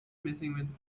missing